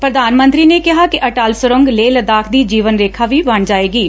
ਪੁਧਾਨ ਮੰਤਰੀ ਨੇ ਕਿਹਾ ਕਿ ਅਟਲ ਸੁਰੰਗ ਲੇਹ ਲਦਾਖ ਦੀ ਜੀਵਨ ਰੇਖਾ ਵੀ ਬਣ ਜਾਏਗੀ